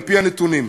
על-פי הנתונים,